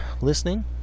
listening